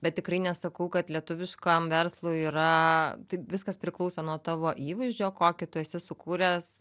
bet tikrai nesakau kad lietuviškam verslui yra tai viskas priklauso nuo tavo įvaizdžio kokį tu esi sukūręs